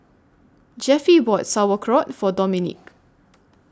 Jeffie bought Sauerkraut For Dominique